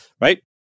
right